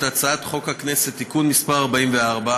את הצעת חוק הכנסת (תיקון מס' 44),